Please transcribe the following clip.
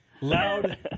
Loud